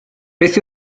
beth